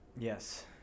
Yes